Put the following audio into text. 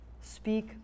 Speak